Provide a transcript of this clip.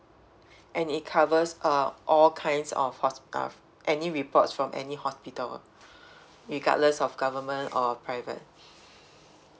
and it covers uh all kinds of hos~ uh any reports from any hospital regardless of government or private